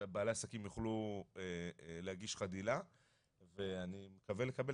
שבעלי עסקים יוכלו להגיש חדילה ואני מקווה לקבל